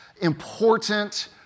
important